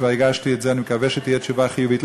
כבר הגשתי את זה, אני מקווה שתהיה תשובה חיובית.